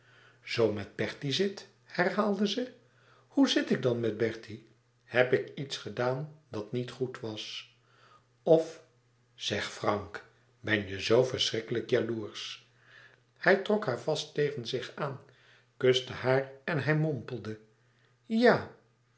zoo met bertie zit herhaalde ze hoe zit ik dan met bertie heb ik iets gedaan dat niet goed was of zeg frank ben je zoo verschrikkelijk jaloersch hij trok haar vast tegen zich aan kuste haar en hij mompelde ja ja